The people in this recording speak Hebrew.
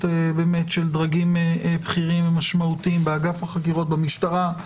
באמת של דרגים בכירים ומשמעותיים מאגף החקירות במשטרה.